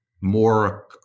more